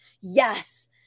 yes